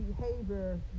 Behavior